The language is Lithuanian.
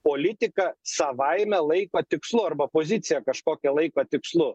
politiką savaime laiko tikslu arba poziciją kažkokią laiko tikslu